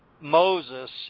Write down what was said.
Moses